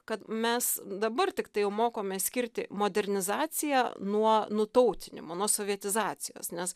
kad mes dabar tiktai jau mokomės skirti modernizaciją nuo nutautinimo nuo sovietizacijos nes